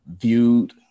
viewed